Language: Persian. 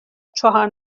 چهار